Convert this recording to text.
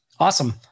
Awesome